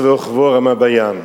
סוס ורוכבו רמה בים.